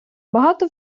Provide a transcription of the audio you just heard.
багато